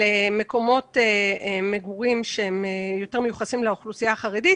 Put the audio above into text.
מקומות מגורים שהם יותר מיוחסים לאוכלוסייה החרדית,